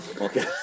okay